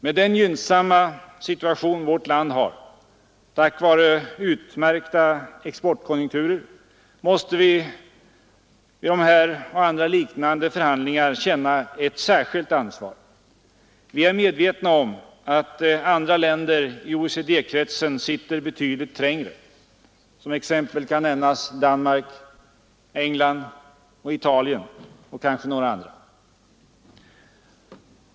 Med den gynnsamma situation vårt land har tack vare goda exportkonjunkturer måste vi i denna och andra liknande förhandlingar känna ett särskilt ansvar. Vi är medvetna om att andra länder i OECD-kretsen sitter betydligt trängre. Som exempel kan nämnas Danmark, England, Italien och kanske ännu fler.